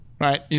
Right